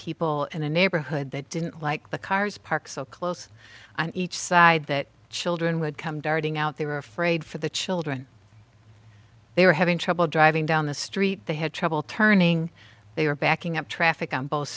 people in a neighborhood that didn't like the cars parked so close on each side that children would come darting out they were afraid for the children they were having trouble driving down the street they had trouble turning they were backing up traffic on both